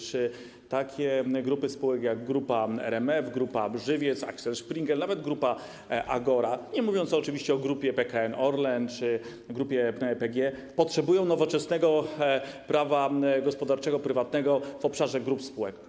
Czy takie grupy spółek jak Grupa RMF, Grupa Żywiec, Axel Springer, nawet Grupa Agora, nie mówiąc oczywiście o Grupie PKN Orlen czy grupie PGE, potrzebują nowoczesnego prawa gospodarczego prywatnego w obszarze grup spółek?